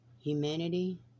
humanity